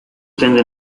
tende